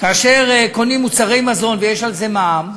כאשר קונים מוצרי מזון ויש על זה מע"מ,